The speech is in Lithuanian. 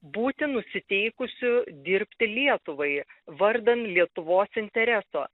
būti nusiteikusiu dirbti lietuvai vardan lietuvos intereso